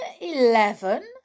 eleven